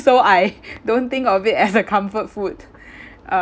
so I don't think of it as a comfort food uh